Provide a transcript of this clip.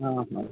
हा हा